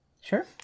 Sure